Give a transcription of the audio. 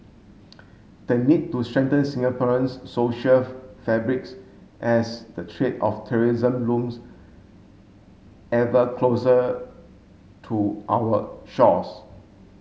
the need to strengthen Singaporean's social fabrics as the treat of terrorism looms ever closer to our shores